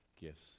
gifts